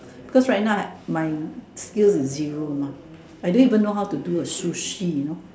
because right now my skills is zero mah I don't even know how to do a sushi you know